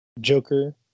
joker